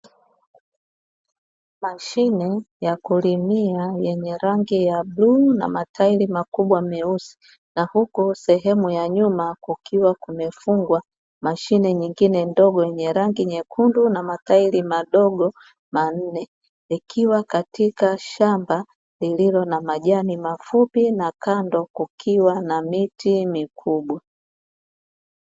Mashine ya kulimia yenye rangi ya bluu na matairi makubwa meusi, na huku sehemu ya nyuma kukiwa kumefungwa mashine nyengine ndogo yenye rangi nyekundu na matairi madogo manne, ikiwa katika shamba lililo na majani mafupi na kando kukiwa na miti mikubwa.